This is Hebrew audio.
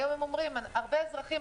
הרבה אזרחים,